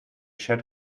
shed